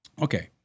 Okay